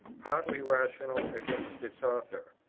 partly rational, against its author.